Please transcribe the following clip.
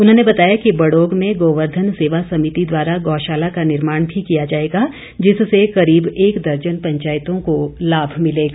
उन्होंने बताया कि बड़ोग में गौवर्धन सेवा समिति द्वारा गौशाला का निर्माण भी किया जाएगा जिससे करीब एक दर्जन पंचायतों को लाभ मिलेगा